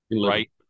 right